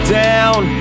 down